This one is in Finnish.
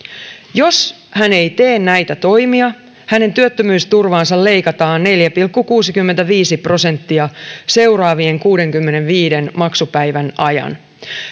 jos hän ei tee näitä toimia hänen työttömyysturvaansa leikataan neljä pilkku kuusikymmentäviisi prosenttia seuraavien kuudenkymmenenviiden maksupäivän ajan